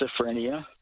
schizophrenia